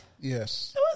Yes